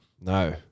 No